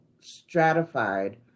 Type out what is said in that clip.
stratified